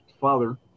father